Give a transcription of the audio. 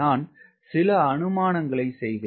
நான் சில அனுமானங்களை செய்தேன்